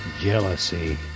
jealousy